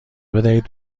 بدهید